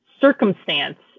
circumstance